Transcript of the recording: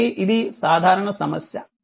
కాబట్టి ఇది సాధారణ సమస్య